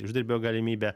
uždarbio galimybė